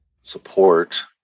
support